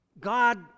God